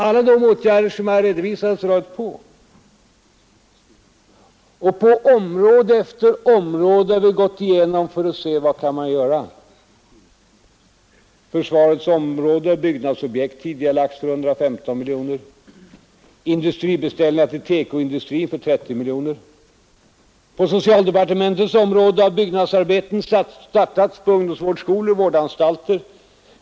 Alla de åtgärder som jag redovisat har vi alltså dragit på. Område efter område har vi gått igenom för att se vad man kan göra. Försvarets område: byggnadsobjekt har tidigarelagts för 115 miljoner, industribeställningar till TEKO-industrin för 30 miljoner. På socialdepartementets område har byggnadsarbeten startats vid ungdomsvårdsskolor och vårdanstalter.